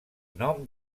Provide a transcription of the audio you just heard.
nom